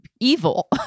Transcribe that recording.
evil